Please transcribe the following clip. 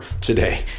today